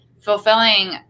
fulfilling